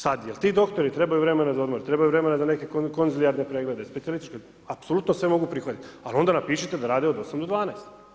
Sad jel ti doktori trebaju vremena za odmor, trebaju vremena za neke konzilijarne preglede, specijalističke, apsolutno sve mogu prihvatit, ali onda napišite da radi od 8 do 12.